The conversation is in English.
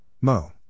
Mo